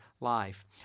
life